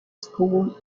school